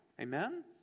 Amen